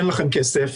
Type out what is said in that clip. אין לכם כסף,